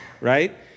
right